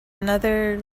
another